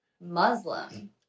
Muslim